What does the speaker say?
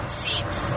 seats